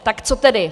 Tak co tedy?